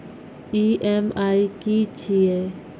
EMI की छिये?